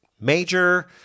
major